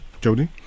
Jody